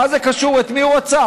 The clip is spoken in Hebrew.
מה זה קשור את מי הוא רצח?